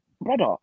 brother